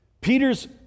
Peter's